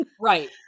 right